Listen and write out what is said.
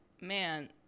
man